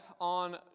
on